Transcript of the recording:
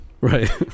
right